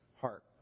heart